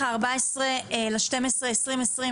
ה-14.12.2021.